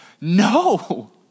no